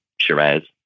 Shiraz